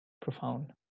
profound